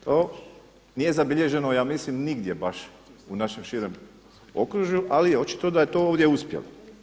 To nije zabilježeno ja mislim nigdje baš u našem širem okružju, ali očito da je to ovdje uspjelo.